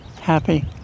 Happy